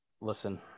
listen